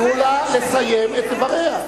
תנו לה לסיים את דבריה.